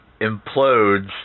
implodes